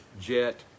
jet